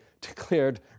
declared